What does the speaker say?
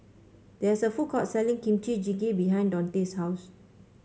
there is a food court selling Kimchi Jjigae behind Daunte's house